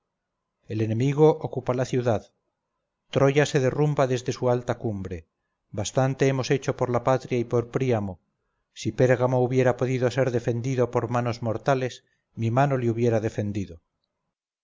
el enemigo ocupa la ciudad troya se derrumba desde su alta cumbre bastante hemos hecho por la patria y por príamo si pérgamo hubiera podido ser defendido por manos mortales mi mano le hubiera defendido